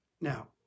Now